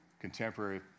Contemporary